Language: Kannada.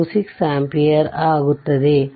26 ಆಂಪಿಯರ್ ಆಗುತ್ತದೆ